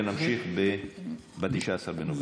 ונמשיך ב-19 בנובמבר.